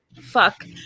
fuck